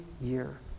year